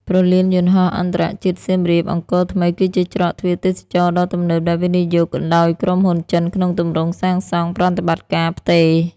ព្រលានយន្តហោះអន្តរជាតិសៀមរាប-អង្គរថ្មី គឺជាច្រកទ្វារទេសចរណ៍ដ៏ទំនើបដែលវិនិយោគដោយក្រុមហ៊ុនចិនក្នុងទម្រង់សាងសង់-ប្រតិបត្តិការ-ផ្ទេរ។